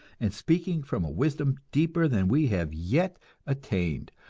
and speaking from a wisdom deeper than we have yet attained,